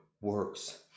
works